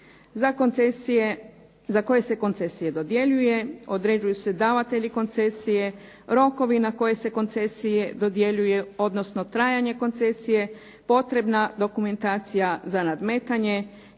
kako slijedi. Za koje se koncesije dodjeljuje, određuju se davatelji koncesije, rokovi na koje se koncesije dodjeljuju, odnosno trajanje koncesije, potrebna dokumentacija za nadmetanje,